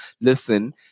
listen